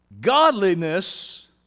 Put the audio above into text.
godliness